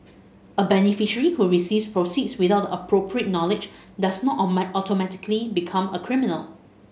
a beneficiary who receives proceeds without the appropriate knowledge does not automatically become a criminal